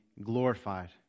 glorified